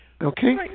Okay